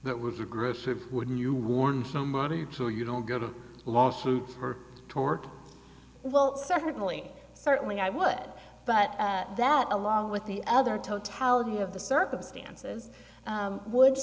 that was aggressive wouldn't you warn somebody to you know go to a lawsuit toward well certainly certainly i would but that along with the other totality of the circumstances would